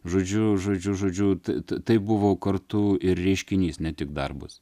žodžiu žodžiu žodžiu tai tai buvo kartu ir reiškinys ne tik darbas